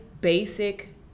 basic